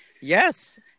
Yes